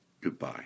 Goodbye